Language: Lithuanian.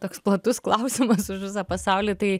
toks platus klausimas už visą pasaulį tai